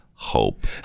Hope